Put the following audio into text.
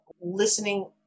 listening